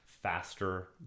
faster